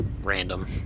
random